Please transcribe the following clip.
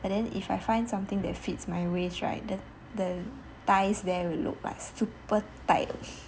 and then if I find something that fits my waist right the then thighs there will look like super tight